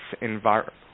Environment